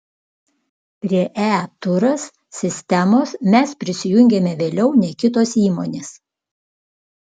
prie e turas sistemos mes prisijungėme vėliau nei kitos įmonės